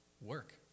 work